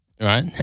right